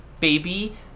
Baby